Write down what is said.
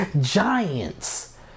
Giants